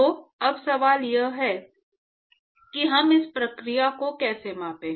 तो अब सवाल यह है कि हम इस प्रक्रिया को कैसे मापें